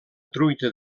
truita